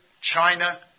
China